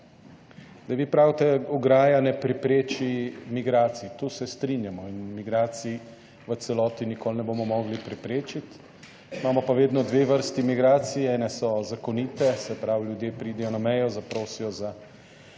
vi pravite, ograja ne prepreči migracij. Tu se strinjamo in migracij v celoti nikoli ne bomo mogli preprečiti, imamo pa vedno dve vrsti migracij, ene so zakonite, se pravi, ljudje pridejo na mejo, zaprosijo za